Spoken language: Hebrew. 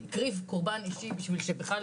הקריב קורבן אישי בשביל שבכלל